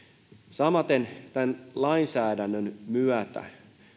samaten tämän lainsäädännön myötä